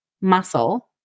muscle